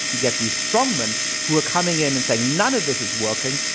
you get these strongmen who are coming in and saying, none of this is working.